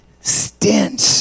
stench